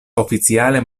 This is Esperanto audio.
oficiale